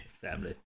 Family